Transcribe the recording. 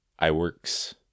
Iworks